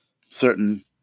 certain